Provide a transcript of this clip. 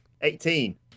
Eighteen